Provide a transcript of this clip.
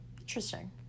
Interesting